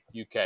UK